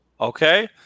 Okay